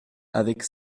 avec